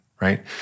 right